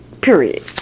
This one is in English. Period